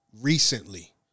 recently